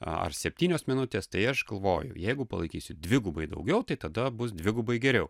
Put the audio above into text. ar septynios minutės tai aš galvoju jeigu palaikysiu dvigubai daugiau tai tada bus dvigubai geriau